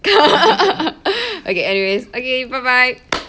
okay anyways okay bye bye